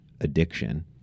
addiction